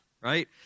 right